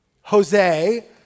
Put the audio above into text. Jose